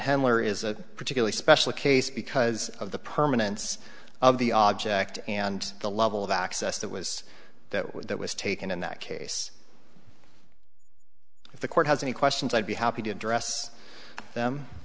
handler is a particularly special case because of the permanence of the object and the level of access that was that that was taken in that case if the court has any questions i'd be happy to address them